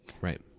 Right